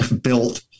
built